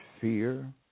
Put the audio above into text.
fear